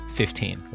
fifteen